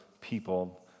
people